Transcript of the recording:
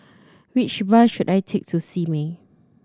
which bus should I take to Simei